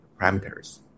parameters